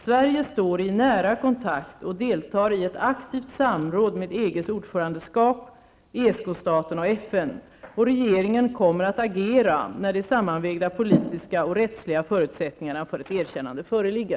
Sverige står i nära kontakt och deltar i ett aktivt samråd med EGs ordförandeskap, ESK-staterna och FN. Regeringen kommer att agera när de sammanvägda politiska och rättsliga förutsättningarna för ett erkännande föreligger.